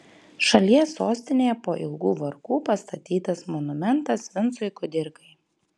šalies sostinėje po ilgų vargų pastatytas monumentas vincui kudirkai